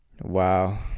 Wow